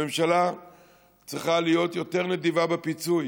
הממשלה צריכה להיות יותר נדיבה בפיצוי.